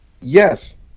Yes